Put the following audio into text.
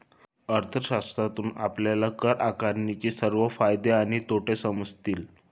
अर्थशास्त्रातून आपल्याला कर आकारणीचे सर्व फायदे आणि तोटे समजतील